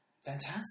fantastic